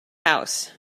house